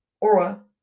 Aura